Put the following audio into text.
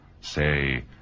Say